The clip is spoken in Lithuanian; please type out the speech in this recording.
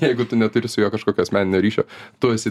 jeigu tu neturi su juo kažkokio asmeninio ryšio tu esi